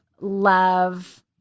love